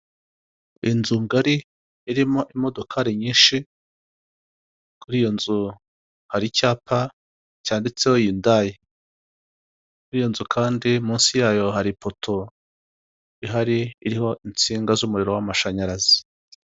Inzu ngari irimo imodokari nyinshi, kuri iyo nzu hari icyapa cyanditseho yundayi, kuri iyo nzu kandi munsi yayo hari ipoto ihari, iriho insinga z'umuriro w'amashanyarazi.